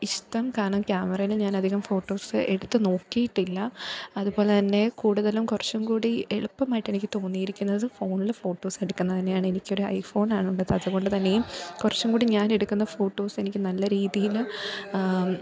ഇഷ്ടം കാരണം ക്യാമറയിൽ ഞാനധികം ഫോട്ടോസ് എടുത്തു നോക്കിയിട്ടില്ല അതു പോലെ തന്നെ കൂടുതലും കുറച്ചും കൂടി എളുപ്പമായിട്ടെനിക്ക് തോന്നിയിരിക്കുന്നത് ഫോണിൽ ഫോട്ടോസെടുക്കുന്നതു തന്നെയാണ് എനിക്കൊരു ഐ ഫോണാണുള്ളത് അതു കൊണ്ടു തന്നെയും കുറച്ചും കൂടി ഞാനെടുക്കുന്ന ഫോട്ടോസ് എനിക്ക് നല്ല രീതിയിൽ